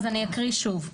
אקריא שוב.